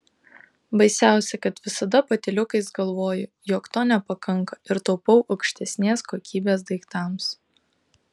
baisiausia kad visada patyliukais galvoju jog to nepakanka ir taupau aukštesnės kokybės daiktams